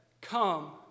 come